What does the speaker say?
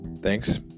Thanks